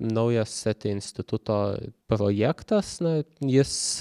naujas setė instituto projektas na jis